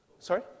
Sorry